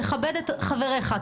כבד את חבריך.